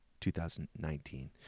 2019